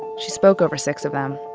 she spoke over six of them.